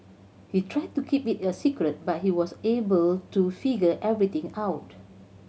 they tried to keep it a secret but he was able to figure everything out